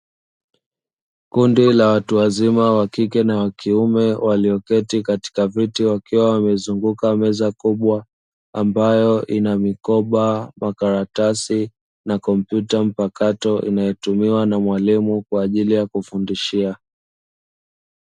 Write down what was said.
Kundi la watu wazima wa kike na wa kiume walioketi katika viti wakiwa wamezunguka meza kubwa, ambayo ina mikoba makaratasi na kompyuta mpakato inayotumiwa na mwalimu kwa ajili ya kufundishia.